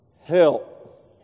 help